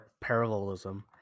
parallelism